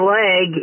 leg